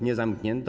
Nie zamknięto.